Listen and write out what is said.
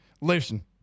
listen